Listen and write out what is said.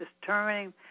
determining